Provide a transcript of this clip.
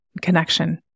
connection